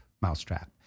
mousetrap